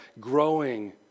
growing